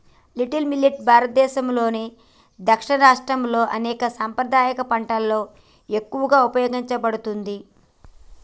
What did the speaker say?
little millet భారతదేసంలోని దక్షిణాది రాష్ట్రాల్లో అనేక సాంప్రదాయ పంటలలో ఎక్కువగా ఉపయోగించబడుతుంది